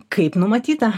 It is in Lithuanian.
kaip numatyta